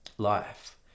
Life